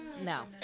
No